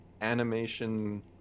animation